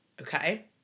okay